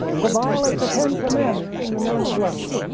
to violate the ten commandments in the name of love.